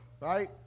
Right